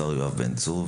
השר יואב בן צור,